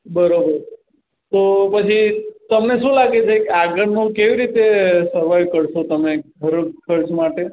બરાબર તો પછી તમને શું લાગે છે કે આગળનો કેવી રીતે સરવાઈવ કરશો તમે ઘર ખર્ચ માટે